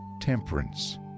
temperance